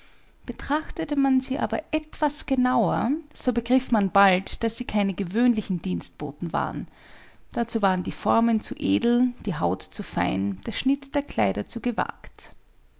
betrachtete man sie aber etwas genauer so begriff man bald daß sie keine gewöhnlichen dienstboten waren dazu waren die formen zu edel die haut zu fein der schnitt der kleider zu gewagt